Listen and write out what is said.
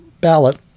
ballot